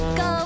go